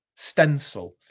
stencil